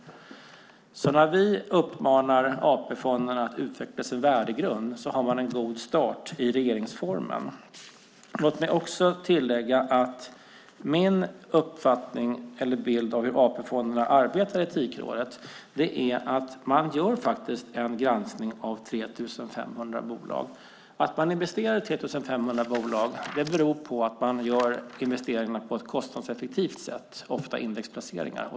När vi uppmanar AP-fonderna att utveckla sin värdegrund har de en god start i regeringsformen. Låt mig också tillägga att min bild av hur AP-fonderna arbetar i Etikrådet är att man faktiskt gör en granskning av 3 500 bolag. Att man investerar i 3 500 bolag beror på att man gör investeringarna på ett kostnadseffektivt sätt, ofta genom indexplaceringar.